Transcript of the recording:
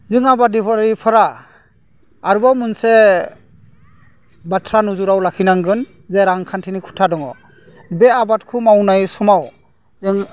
जों आबादारिफोरा आरोबाव मोनसे बाथ्रा नोजोराव लाखिनांगोन जे रांखान्थिनि खुथा दङ बे आबादखौ मावनाय समाव जों